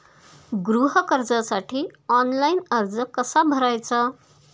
गृह कर्जासाठी ऑनलाइन अर्ज कसा भरायचा?